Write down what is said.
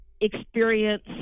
experience